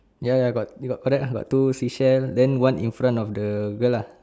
ya ya got you got correct ah got two fishes then one in front of the girl lah